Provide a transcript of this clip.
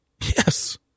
Yes